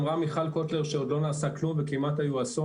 אמרה מיכל קוטלר שעוד לא נעשה כלום וכמעט היה אסון,